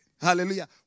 Hallelujah